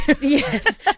Yes